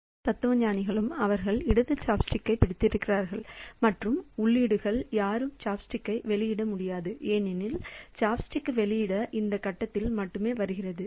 எல்லா தத்துவஞானிகளும் அவர்கள் இடது சாப்ஸ்டிக்ஸைப் பிடித்திருக்கிறார்கள் மற்றும் உள்ளீடுகள் யாரும் சாப்ஸ்டிக்கை வெளியிட முடியாது ஏனெனில் சாப்ஸ்டிக் வெளியீடு இந்த கட்டத்தில் மட்டுமே வருகிறது